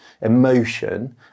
emotion